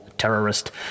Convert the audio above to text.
Terrorist